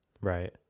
Right